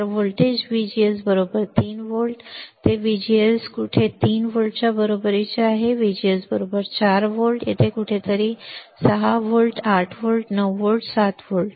तर voltage VGS 3 volts ते VGS कुठे 3 व्होल्ट्सच्या बरोबरीचे आहे व्हीजीएस 4 व्होल्ट येथे कुठेतरी येथे 6 व्होल्ट येथे 8 व्होल्ट येथे 9 व्होल्ट किंवा येथे 7 व्होल्ट